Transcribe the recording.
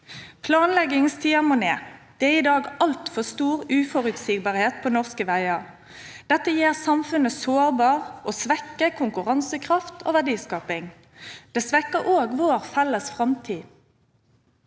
Planleggingstiden må ned. Det er i dag altfor stor uforutsigbarhet når det gjelder norske veier. Dette gjør samfunnet sårbart og svekker konkurransekraft og verdiskaping. Det svekker også vår felles framtid.